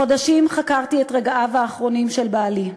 חודשים חקרתי את רגעיו האחרונים של בעלי.